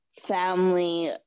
family